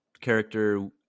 character